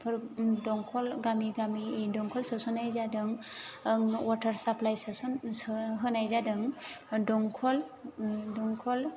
फोर दंखल गामि गामि दंखल सोसन्नाय जादों वादार साप्लाइ सोसन सो होनाय जादों दंखल दंखल